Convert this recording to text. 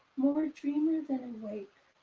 more dreamer than in wake.